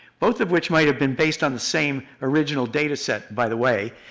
both of which might have been based on the same original dataset, by the way,